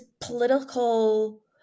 political